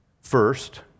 first